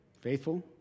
Faithful